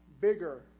bigger